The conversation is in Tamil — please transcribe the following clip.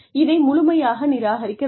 இதை முழுமையாக நிராகரிக்க வேண்டும்